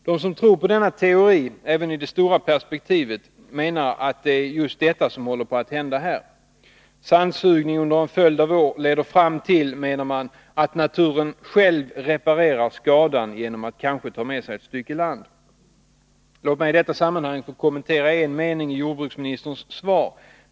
De som tror på denna teori även i det stora perspektivet menar att det är just detta som håller på att hända här. Sandsugning under en följd av år leder fram till, menar man, att naturen själv reparerar skadan genom att kanske ta med sig ett stycke land. Låt mig i detta sammanhang få kommentera en mening i jordbruksministerns svar.